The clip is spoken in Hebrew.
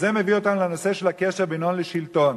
וזה מביא אותנו לנושא של הקשר בין הון לשלטון.